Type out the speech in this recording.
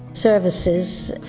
services